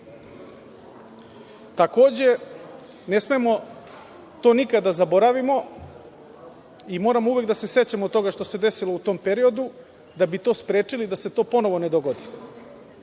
replike. Takođe, ne smemo to nikada da zaboravimo i moramo uvek da se sećamo toga što se desilo u tom periodu, da bi sprečili i da se to ponovo ne dogodi.